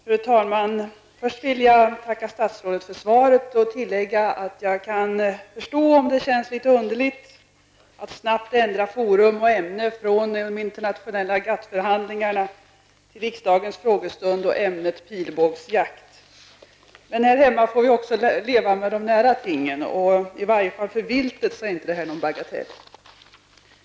Fru talman! Först vill jag tacka statsrådet för svaret, och jag kan tillägga att jag kan förstå om det känns litet underligt att snabbt ändra forum och ämne från de internationella GATT förhandlingarna till riksdagens frågestund och ämnet pilbågsjakt. Här hemma får vi också leva med de nära tingen. I varje fall är det för viltet inte någon bagatell.